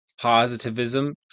positivism